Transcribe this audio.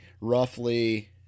roughly